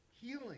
healing